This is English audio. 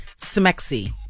Smexy